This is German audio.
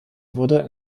wurde